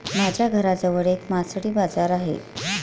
माझ्या घराजवळ एक मासळी बाजार आहे